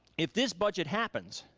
if this budget happens,